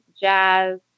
jazz